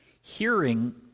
hearing